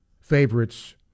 favorites